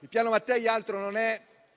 Il Piano Mattei altro non è